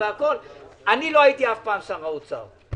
אני קובע את הישיבה הזאת על חוק עידוד השקעות הון.